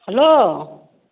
hello